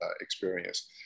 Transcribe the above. experience